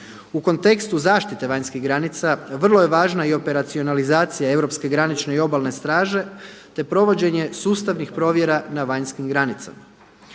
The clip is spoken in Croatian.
U kontekstu zaštite vanjskih granica vrlo je važno i operacionalizacija europske granične i obalne straže te provođenje sustavnih provjera na vanjskim granicama.